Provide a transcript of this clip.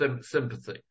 sympathy